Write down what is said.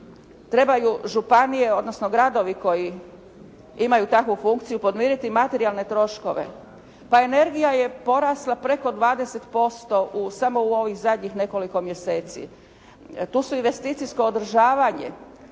Trebaju županije, odnosno gradovi koji imaju takvu funkciju podmiriti materijalne troškove. Pa energija je porasla preko 20% samo u ovih zadnjih nekoliko mjeseci. Tu su i investicijsko održavanje,